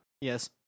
Yes